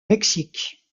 mexique